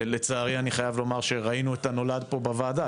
לצערי אני חייב להגיד שראינו את נולד פה בוועדה,